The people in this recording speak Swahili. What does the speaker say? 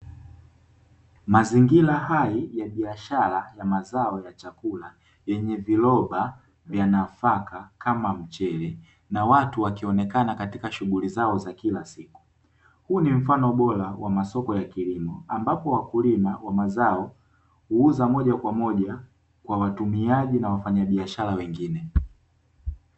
Mazingira hai ya biashara ya mazao ya chakula yenye viroba vya nafaka kama mchele na watu wakionekana katika shughuli zao za kila siku. Huu ni mfano bora wa masoko ya kilimo, ambapo wakulima wa mazao huuza moja kwa moja kwa watumiaji na wafanyabiashhara wengine.